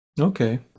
Okay